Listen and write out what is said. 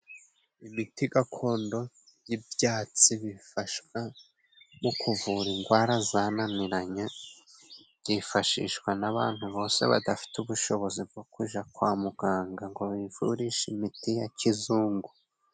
Imiti gakondo y'ibyatsi bifasha mu kuvura indwara zananiranye, byifashishwa n'abantu bose badafite ubushobozi bwo kuja kwa muganga ngo bivurishe imiti ya kizungu.